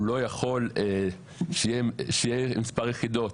הוא לא יכול שיהיה מספר יחידות